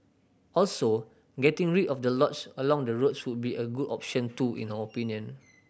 also getting rid of the lots along the roads would be a good option too in our opinion